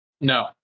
No